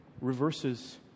reverses